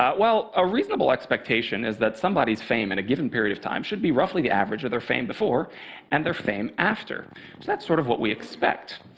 ah well, a reasonable expectation is that somebody's fame in a given period of time should be roughly the average of their fame before and their fame after. so that's sort of what we expect.